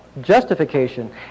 justification